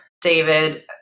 david